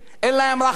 אין להם רחמים.